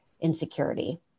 insecurity